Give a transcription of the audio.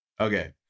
okay